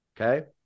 okay